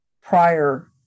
prior